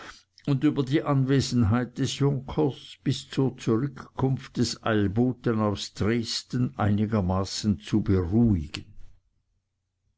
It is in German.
und über die anwesenheit des junkers bis zur zurückkunft des eilboten aus dresden einigermaßen zu beruhigen